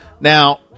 Now